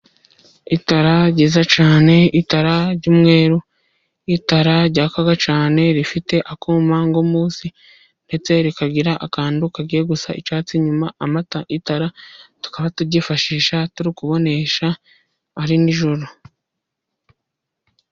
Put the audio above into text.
Itara ryiza cyane itara ry'umweru, itara ryaka cyane rifite ako munsi ndetse rikagira akantu kagiye gusa icyatsi. Itara tukaba turyifashisha turikubonesha ari nijoro.